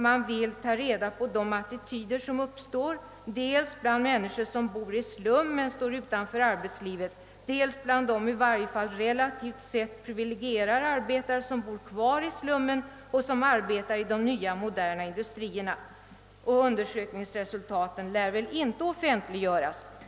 Man ville ta reda på attityder som uppstår dels bland människor, som bor i slum men står utanför arbetslivet, dels bland de i varje fall relativt sett privilegierade arbetare, som bor kvar i slummen och som arbetar i de nya moderna industrierna. Undersökningsresultatet lär väl inte offentliggöras.